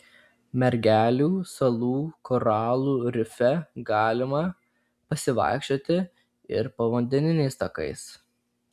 mergelių salų koralų rife galima pasivaikščioti ir povandeniniais takais